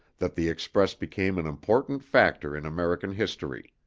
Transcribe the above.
that the express became an important factor in american history.